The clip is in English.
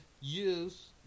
use